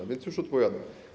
A więc już odpowiadam.